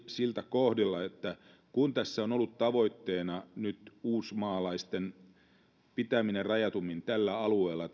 siltä kohdin kuin tässä on nyt ollut tavoitteena uusmaalaisten pitäminen rajatummin tällä alueella